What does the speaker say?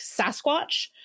Sasquatch